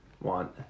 want